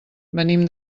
venim